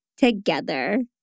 Together